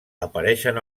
apareixen